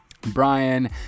Brian